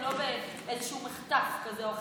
ולא באיזשהו מחטף כזה או אחר,